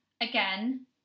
again